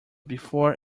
before